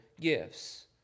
gifts